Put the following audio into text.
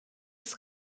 des